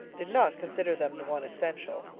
did not consider them the one essential.